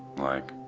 like,